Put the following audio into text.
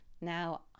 Now